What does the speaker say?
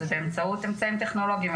זה באמצעות אמצעים טכנולוגיים,